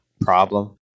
problem